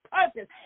purpose